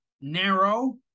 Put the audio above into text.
Narrow